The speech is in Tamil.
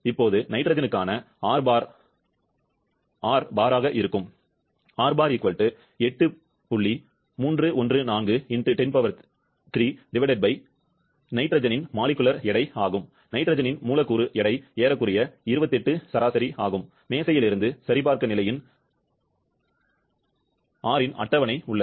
இப்போது நைட்ரஜனுக்கான R R bar யாக இருக்கும் நைட்ரஜனின் மூலக்கூறு எடை ஏறக்குறைய 28 சரி மேசையிலிருந்து சரிபார்க்நிலையின் ும் என்னிடம் அட்டவணை உள்ளது